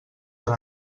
per